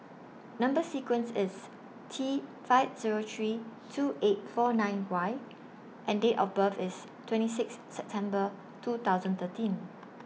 Number sequence IS T five Zero three two eight four nine Y and Date of birth IS twenty six September two thousand thirteen